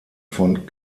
von